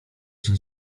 się